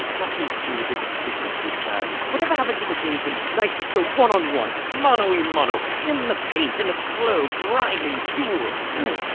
not you too with this efficiency fad whatever happened to the days when knights would go one-on-one, mano-y-mano in the paint, in a slow, grinding duel? melo.